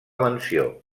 mansió